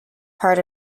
part